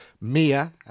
Mia